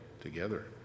Together